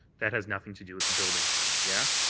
that has nothing to do with the building permit, yeah,